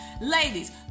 Ladies